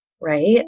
right